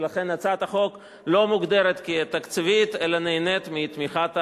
ולכן הצעת החוק לא מוגדרת כתקציבית אלא נהנית מתמיכת הממשלה.